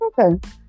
Okay